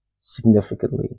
significantly